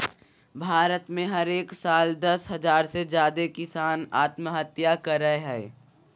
भारत में हरेक साल दस हज़ार से ज्यादे किसान आत्महत्या करय हय